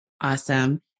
Awesome